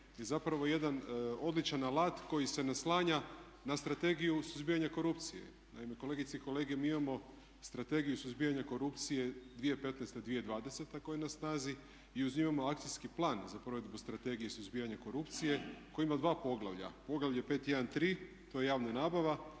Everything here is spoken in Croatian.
je zapravo jedan odličan alat koji se naslanja na Strategiju suzbijanja korupcije. Naime, kolegice i kolege mi imamo Strategiju suzbijanja korupcije 2015.-2020. koja je na snazi i uz nju imamo akcijski plan za provedbu Strategije suzbijanja korupcije koji ima dva poglavlja. Poglavlje 513 to je javna nabava